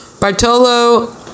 Bartolo